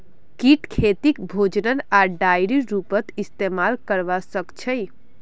कीट खेतीक भोजन आर डाईर रूपत इस्तेमाल करवा सक्छई